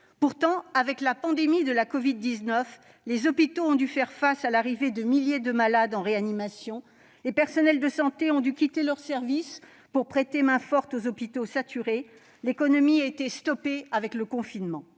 Pourtant, avec la pandémie de covid-19, les hôpitaux ont dû faire face à l'arrivée de milliers de malades en réanimation, les professionnels de santé ont dû quitter leur service pour prêter main-forte aux hôpitaux saturés et l'économie a été stoppée par le confinement.